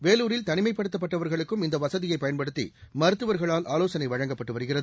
வேலூரில் தனிமைப்படுத்தப் பட்டவாக்ளுக்கும் இந்த வசதியை பயன்படுத்தி மருத்துவர்களால் ஆலோசனை வழங்கப்பட்டு வருகிறது